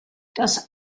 das